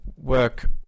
work